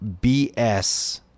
BS